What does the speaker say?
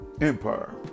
Empire